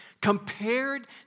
compared